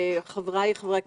חבריי חברי הכנסת,